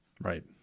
Right